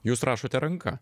jūs rašote ranka